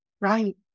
Right